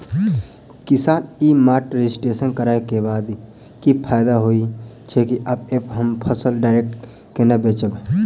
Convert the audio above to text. किसान e mart registration करै केँ बाद की फायदा होइ छै आ ऐप हम फसल डायरेक्ट केना बेचब?